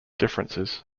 differences